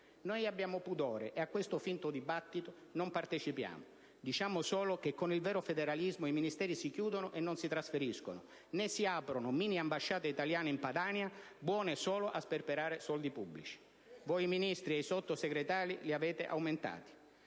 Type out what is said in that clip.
Noi abbiamo pudore e a questo finto dibattito non partecipiamo; diciamo solo che con il vero federalismo i Ministeri si chiudono e non si trasferiscono, né si aprono miniambasciate italiane in Padania, buone solo a sperperare soldi pubblici. *(Commenti dal Gruppo LNP).* Voi, i Ministri e i Sottosegretari li avete aumentati.